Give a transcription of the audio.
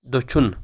دٔچھُن